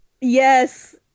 Yes